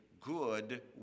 good